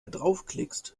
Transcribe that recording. draufklickst